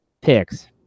picks